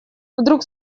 вдруг